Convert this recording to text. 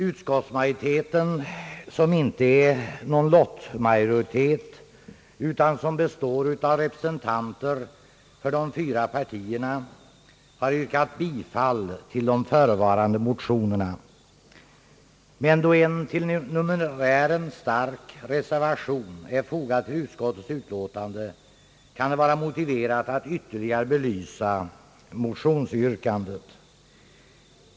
Utskottsmajoriteten, som inte tillkommit med lottens hjälp utan som består av representanter för de fyra partierna, har yrkat bifall till de förevarande motionerna, men då en till numerären stark reservation är fogad till utskottets utlåtande, kan det vara motiverat att ytterligare belysa motionsyrkandet.